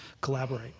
collaborate